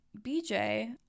BJ